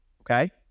Okay